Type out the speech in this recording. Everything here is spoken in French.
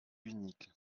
unique